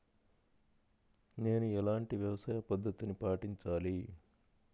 నేను ఎలాంటి వ్యవసాయ పద్ధతిని పాటించాలి?